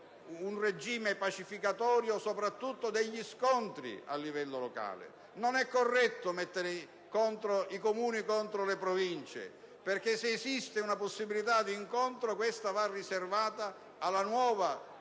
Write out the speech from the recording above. un regime pacificatorio soprattutto degli scontri a livello locale. Non è corretto mettere i Comuni contro le Province, perché, se esiste una possibilità di incontro, questa deve essere riservata alla nuova